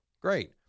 Great